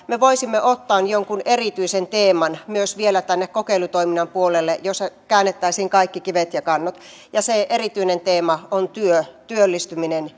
me voisimme ottaa jonkun erityisen teeman myös vielä tänne kokeilutoiminnan puolelle jossa käännettäisiin kaikki kivet ja kannot ja se erityinen teema on työ työllistyminen